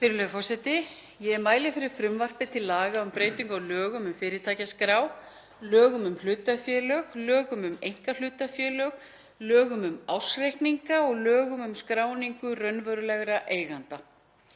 Virðulegur forseti. Ég mæli fyrir frumvarpi til laga um breytingu á lögum um fyrirtækjaskrá, lögum um hlutafélög, lögum um einkahlutafélög, lögum um ársreikninga og lögum um skráningu raunverulegra eigenda,